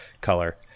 color